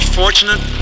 fortunate